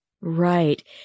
Right